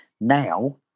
Now